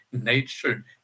nature